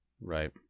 Right